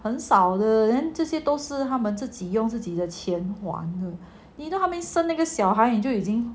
很少的人这些都是他们自己用自己的钱还的 you know 他们生那个小孩已经